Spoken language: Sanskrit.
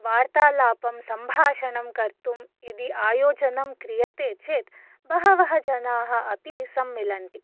वार्तालापं सम्भाषणं कर्तुं यदि आयोजनं क्रीयते चेत् बहवः जनाः अपि सम्मिलन्ति